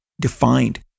defined